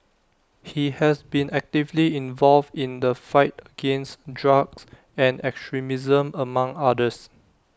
he has been actively involved in the fight against drugs and extremism among others